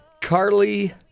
Carly